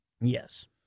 Yes